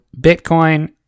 Bitcoin